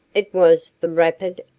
it was the rapid,